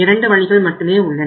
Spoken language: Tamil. இரண்டு வழிகள் மட்டுமே உள்ளன